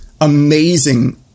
amazing